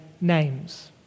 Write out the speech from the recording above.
names